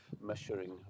measuring